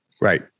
Right